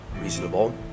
reasonable